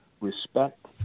Respect